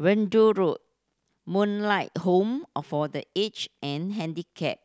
Verdun Road Moonlight Home all for The Aged and Handicapped